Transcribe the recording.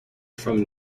from